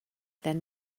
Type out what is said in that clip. then